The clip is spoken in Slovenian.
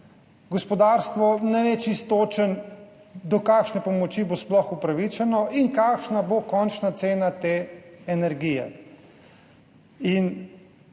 Gospodarstvo ne ve čisto točno, do kakšne pomoči bo sploh upravičeno in kakšna bo končna cena te energije.